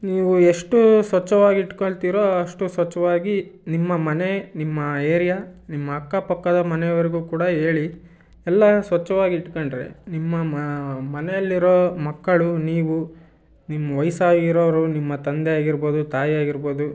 ನೀವು ಎಷ್ಟು ಸ್ವಚ್ಛವಾಗಿ ಇಟ್ಕೊಳ್ತೀರೋ ಅಷ್ಟು ಸ್ವಚ್ಛವಾಗಿ ನಿಮ್ಮ ಮನೆ ನಿಮ್ಮ ಏರಿಯಾ ನಿಮ್ಮ ಅಕ್ಕಪಕ್ಕದ ಮನೆಯವರ್ಗೂ ಕೂಡ ಹೇಳಿ ಎಲ್ಲ ಸ್ವಚ್ಛವಾಗಿ ಇಟ್ಕೊಂಡ್ರೆ ನಿಮ್ಮ ಮ ಮನೆಲ್ಲಿರೋ ಮಕ್ಕಳು ನೀವು ನಿಮ್ಮ ವಯಸ್ಸಾಗಿರೋರು ನಿಮ್ಮ ತಂದೆ ಆಗಿರ್ಬೋದು ತಾಯಿ ಆಗಿರ್ಬೋದು